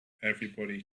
everybody